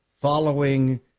following